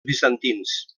bizantins